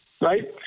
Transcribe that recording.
right